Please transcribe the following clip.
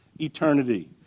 eternity